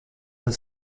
the